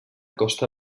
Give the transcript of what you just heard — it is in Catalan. costa